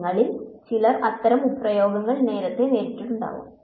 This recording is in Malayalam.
നിങ്ങളിൽ ചിലർ അത്തരം പ്രയോഗങ്ങൾ നേരത്തേ നേരിട്ടിട്ടുണ്ടാകാം